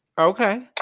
Okay